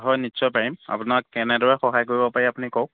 হয় নিশ্চয় পাৰিম আপোনাক কেনেদৰে সহায় কৰিব পাৰি আপুনি কওক